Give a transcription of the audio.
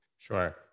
Sure